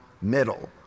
middle